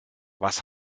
was